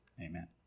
amen